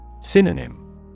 Synonym